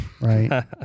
Right